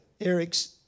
Eric's